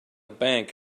bank